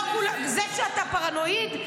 זה שאתה פרנואיד,